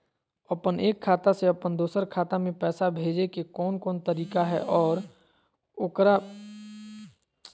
अपन एक खाता से अपन दोसर खाता में पैसा भेजे के कौन कौन तरीका है और ओकरा में कोनो शुक्ल भी लगो है की?